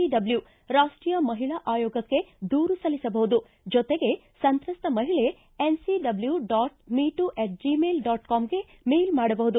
W ರಾಷ್ಟೀಯ ಮಹಿಳಾ ಆಯೋಗಕ್ಕೆ ದೂರು ಸಲ್ಲಿಸಬಹುದು ಜೊತೆಗೆ ಸಂತ್ರಸ್ತ ಮಹಿಳೆ ಗಾರ್ಹಿಣಿಗೆ ಮೇಲ್ ಮಾಡಬಹುದು